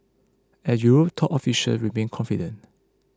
and Europe's top officials remain confident